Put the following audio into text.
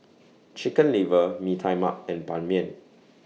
Chicken Liver Mee Tai Mak and Ban Mian